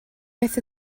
beth